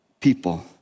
people